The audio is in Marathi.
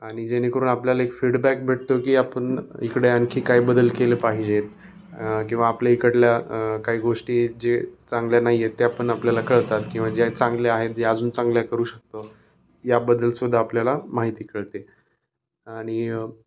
आणि जेणेकरून आपल्याला एक फीडबॅक भेटतो की आपण इकडे आणखीन काय बदल केलं पाहिजेते किंवा आपल्या इकडल्या काही गोष्टी जे चांगल्या नाहीयेत त्या पण आपल्याला कळतात किंवा ज्या चांगले आहेत जे अजून चांगल्या करू शकतो या बद्दलसुद्दा आपल्याला माहिती कळते आणि